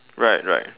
right right